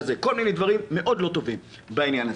כל מיני דברים מאוד לא טובים בעניין הזה.